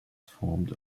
formed